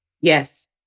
Yes